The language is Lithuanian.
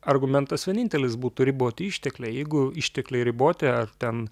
argumentas vienintelis būtų riboti ištekliai jeigu ištekliai riboti ar ten